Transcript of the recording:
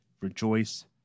rejoice